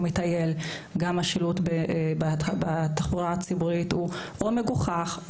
מטייל וגם השילוט בתחבורה הציבורית הוא לפעמים מגוחך,